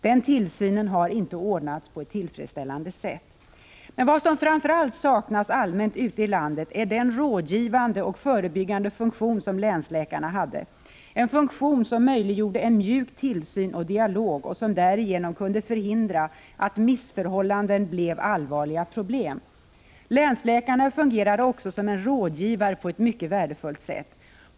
Denna tillsyn har inte ordnats på ett tillfredsställande sätt. Men vad som framför allt saknas allmänt ute i landet är den rådgivande och förebyggande funktion som länsläkarna hade, en funktion som möjliggjorde en mjuk tillsyn och en dialog och som därigenom kunde förhindra att missförhållanden blev allvarliga problem. Länsläkarna fungerade också som rådgivare på ett mycket värdefullt sätt.